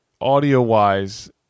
Audio-wise